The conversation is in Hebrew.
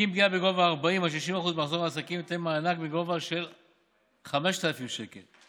בגין פגיעה בגובה 40% 60% במחזור העסקים יינתן מענק בגובה של 5,000 שקל,